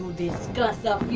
discuss a